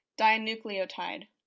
dinucleotide